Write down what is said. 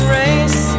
race